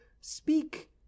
speak